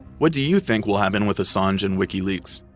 what do you think will happen with assange and wikileaks?